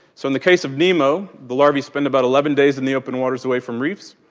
so in the case of nemo the larvae spend about eleven days in the open water away from reefs,